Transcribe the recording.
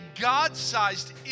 God-sized